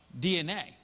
DNA